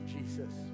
Jesus